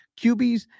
QBs